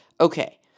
Okay